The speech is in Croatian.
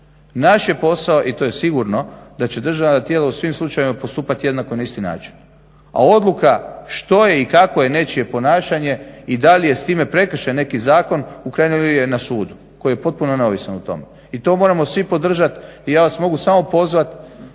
Naš je posao i to je sigurno, da će državna tijela u svim slučajevima postupat jednako i na isti način, a odluka što je i kakvo je nečije ponašanje i da li je s time prekršen neki zakon u krajnjoj liniji je na sudu koji je potpuno neovisan o tome i to moramo svi podržat. I ja vas mogu samo pozvat